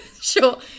Sure